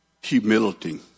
humility